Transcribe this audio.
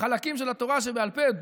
חלקים של התורה שבעל פה,